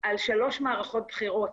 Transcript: על שלוש מערכות בחירות.